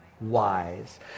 wise